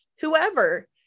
whoever